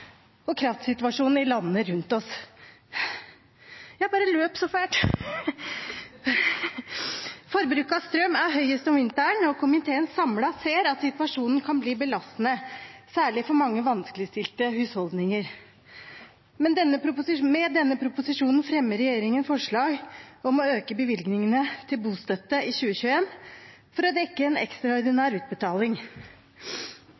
og avhenger av værforholdene og kraftsituasjonen i landene rundt oss. Forbruket av strøm er høyest om vinteren, og komiteen samlet ser at situasjonen kan bli belastende, særlig for mange vanskeligstilte husholdninger. Med denne proposisjonen fremmer regjeringen forslag om å øke bevilgningene til bostøtte i 2021 for å dekke en